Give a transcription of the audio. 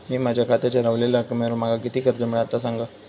मी माझ्या खात्याच्या ऱ्हवलेल्या रकमेवर माका किती कर्ज मिळात ता सांगा?